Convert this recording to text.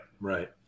right